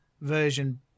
version